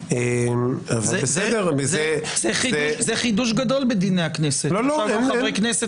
זה חידוש גדול בדיני כנסת לחברי כנסת